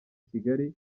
kigali